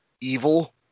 evil